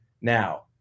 Now